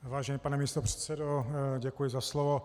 Vážený pane místopředsedo, děkuji za slovo.